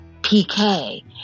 PK